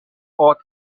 art